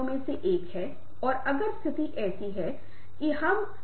यद्यपि हमारे पास जिन चीजों के बारे में हमने चर्चा की है उनमें से कई चीजें हैं